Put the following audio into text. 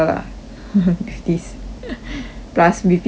with this plus with people that